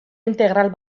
integral